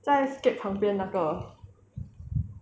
在 scape 旁边那个